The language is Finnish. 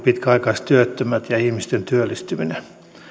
pitkäaikaistyöttömät ja ihmisten työllistyminen